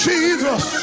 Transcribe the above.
Jesus